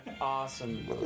awesome